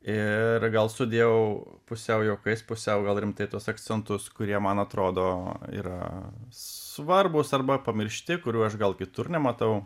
ir gal sudėjau pusiau juokais pusiau gal rimtai tuos akcentus kurie man atrodo yra svarbūs arba pamiršti kurių aš gal kitur nematau